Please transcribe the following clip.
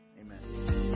amen